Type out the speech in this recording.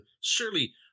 surely